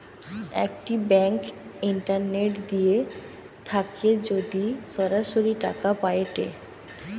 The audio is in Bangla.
একটি ব্যাঙ্ক ইন্টারনেট দিয়ে থাকে যদি সরাসরি টাকা পায়েটে